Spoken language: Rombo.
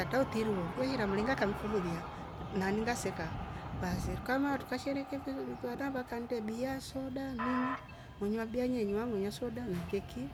achaa utiiri keera mringa kanfululya naaningaseka baasi tuka maa tukasherekia hata vana vakannde bia soda nini, inywa bia enywa. inywa soda na keki